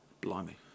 Blimey